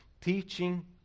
teaching